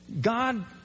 God